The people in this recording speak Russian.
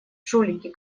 жулики